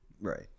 Right